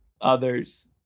others